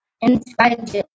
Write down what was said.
inspired